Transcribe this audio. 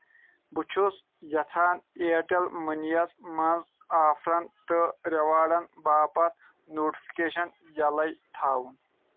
بہٕ چھَُس یژھان اِیَرٹیٚل مٔنی یَس منٛز آفرَن تہٕ ریوارڑَن باپتھ نوٹفکیشن یَلے تھاوُن